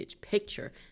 picture